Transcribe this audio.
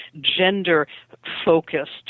gender-focused